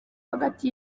hagati